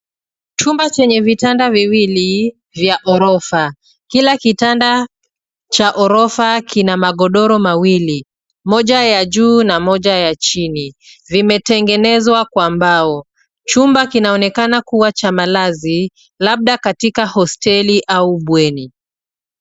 Chumba chenye vitanda viwili vya ghorofa. Kila kitanda cha ghorofa kina magodoro mawili moja ya juu na moja ya chini. Zimetengenezwa kwa mbao. Chumba kinaonekana kuwa cha Malazi labda katika hosteli au bweni.